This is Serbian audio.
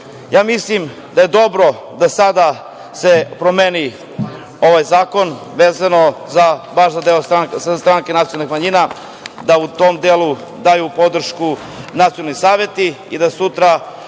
mislim da je dobro da sada se promeni ovaj zakon vezano baš za deo stranke nacionalnih manjina, da u tom delu daju podršku nacionalni saveti i da sutra